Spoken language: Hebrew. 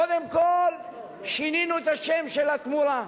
קודם כול, שינינו את השם של התמורה,